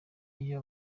iyo